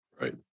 Right